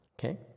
Okay